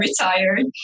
retired